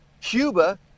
Cuba